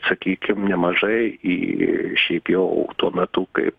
sakykim nemažai į šiaip jau tuo metu kaip